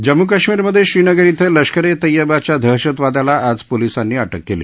जम्मू काश्मीर मध्ये श्रीनगर क्विं लष्कर ए तैय्यबाच्या दहशतवाद्याला आज पोलिसांनी अक्वि केली